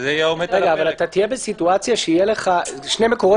אבל תהיה בסיטואציה שיהיו לך שני מקורות